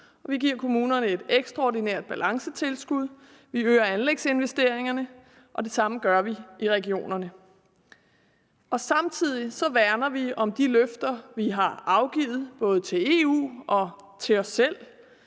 vi giver kommunerne et ekstraordinært balancetilskud. Vi øger anlægsinvesteringerne, og det samme gør vi i regionerne. Samtidig værner vi om de løfter, vi har afgivet både til EU og til os selv,